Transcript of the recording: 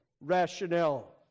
rationale